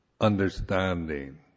understanding